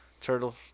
Turtle